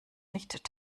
nicht